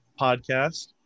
podcast